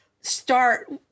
Start